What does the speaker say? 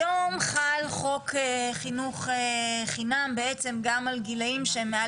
היום חל חוק חינוך חינם בעצם גם על גילאים שהם מעל